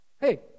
Hey